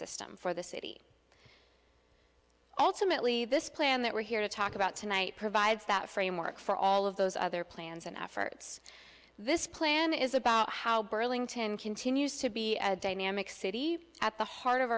system for the city ultimately this plan that we're here to talk about tonight provides that framework for all of those other plans and efforts this plan is about how burlington continues to be a dynamic city at the heart of